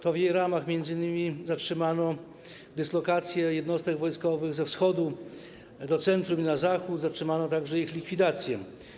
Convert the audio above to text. To w jej ramach m.in. zatrzymano dyslokację jednostek wojskowych ze wschodu do centrum i na zachód, a także ich likwidację.